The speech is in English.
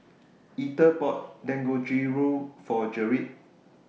Ether bought Dangojiru For Gerrit